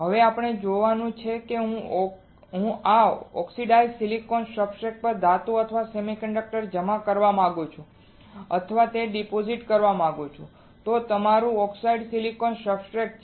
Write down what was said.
હવે આપણે જોવાનું છે કે જો હું આ ઓક્સિડાઇઝ્ડ સિલિકોન સબસ્ટ્રેટ પર ધાતુ અથવા સેમિકન્ડક્ટર જમા કરાવવા માંગુ છું અથવા જો તે ડિપોઝિટ કરવા માંગુ છું તો તે તમારું ઓક્સિડાઇઝ્ડ સિલિકોન સબસ્ટ્રેટ છે